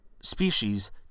species